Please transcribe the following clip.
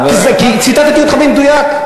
כי ציטטתי אותך במדויק.